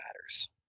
matters